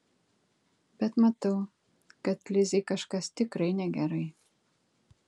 bet matau kad lizei kažkas tikrai negerai